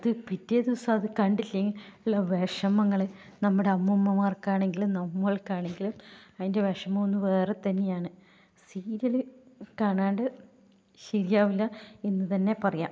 പിറ്റേ ദിവസം അത് കണ്ടില്ലെങ്കിൽ ഉള്ള വിഷമങ്ങൾ നമ്മുടെ അമ്മൂമ്മമാർക്കാണെങ്കിലും നമ്മൾക്കാണെങ്കിലും അതിൻ്റെ വിഷമം ഒന്ന് വേറെ തന്നെയാണ് സീരിയൽ കാണാണ്ട് ശരിയാവില്ല എന്ന് തന്നെ പറയാം